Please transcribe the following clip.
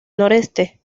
noreste